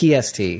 PST